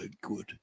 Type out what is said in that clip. good